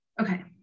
Okay